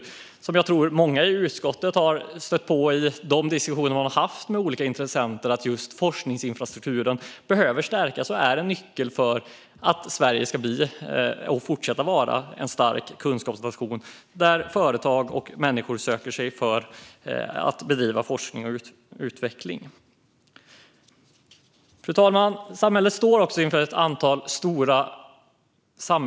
Jag tror att många i utskottet i sina diskussioner med olika intressenter har stött på åsikten att forskningsinfrastrukturen behöver stärkas och att det är en nyckel för att Sverige ska fortsätta att vara en stark kunskapsnation dit företag och människor söker sig för att bedriva forskning och utveckling. Fru talman! Samhället står inför ett antal stora utmaningar.